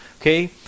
okay